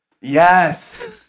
Yes